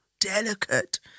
delicate